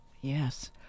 Yes